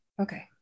okay